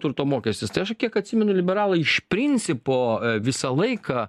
turto mokestis tai aš kiek atsimenu liberalai iš principo visą laiką